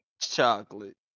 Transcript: Chocolate